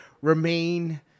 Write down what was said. remain